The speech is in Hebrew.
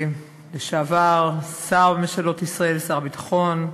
לשעבר שר בממשלות ישראל, שר ביטחון,